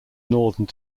northern